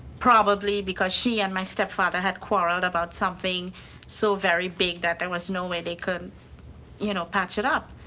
probably because she and my stepfather had quarreled about something so very big that there was no way they could you know patch it up.